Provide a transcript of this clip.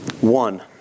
One